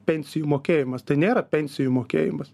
pensijų mokėjimas tai nėra pensijų mokėjimas